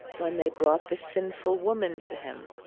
when they brought the sinful woman to him.